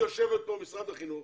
היא יושבת פה ממשרד החינוך,